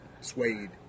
suede